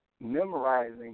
memorizing